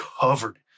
covered